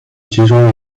集中